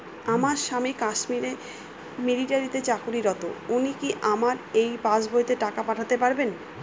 আমার স্বামী কাশ্মীরে মিলিটারিতে চাকুরিরত উনি কি আমার এই পাসবইতে টাকা পাঠাতে পারবেন?